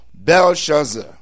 Belshazzar